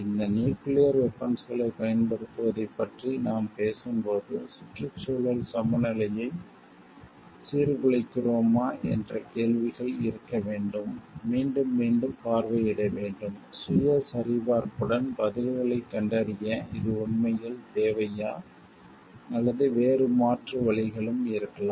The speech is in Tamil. இந்த நியூக்கிளியர் வெபன்ஸ்களைப் பயன்படுத்துவதைப் பற்றி நாம் பேசும்போது சுற்றுச்சூழல் சமநிலையை சீர்குலைக்கிறோமா என்ற கேள்விகள் இருக்க வேண்டும் மீண்டும் மீண்டும் பார்வையிட வேண்டும் சுய சரிபார்ப்புடன் பதில்களைக் கண்டறிய இது உண்மையில் தேவையா அல்லது வேறு மாற்று வழிகளும் இருக்கலாம்